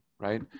right